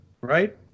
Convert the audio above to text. right